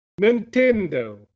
nintendo